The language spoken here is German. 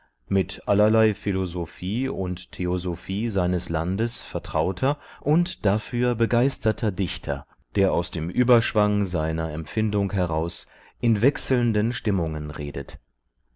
mit allerlei philosophie und theosophie seines landes vertrauter und dafür begeisterter dichter der aus dem überschwang seiner empfindung heraus in wechselnden stimmungen redet